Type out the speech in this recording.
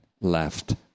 left